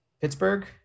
Pittsburgh